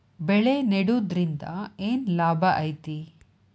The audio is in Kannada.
ಬೆಳೆ ನೆಡುದ್ರಿಂದ ಏನ್ ಲಾಭ ಐತಿ?